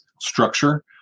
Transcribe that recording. structure